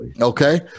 okay